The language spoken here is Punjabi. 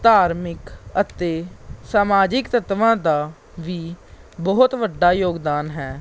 ਧਾਰਮਿਕ ਅਤੇ ਸਮਾਜਿਕ ਤੱਤਾਂ ਦਾ ਵੀ ਬਹੁਤ ਵੱਡਾ ਯੋਗਦਾਨ ਹੈ